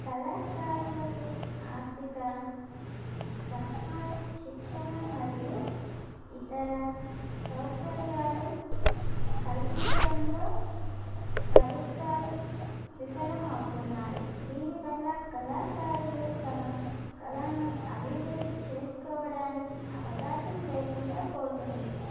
కళాకారులకు ఆర్థిక సహాయం శిక్షణ మరియు ఇతర సౌకర్యాలు కల్పించడంలో ప్రభుత్వాలు విఫలం అవుతున్నాయి దీనివల్ల కళాకారులు తమ కళను అభివృద్ధి చేసుకోవడానికి అవకాశం లేకుండా పోతుంది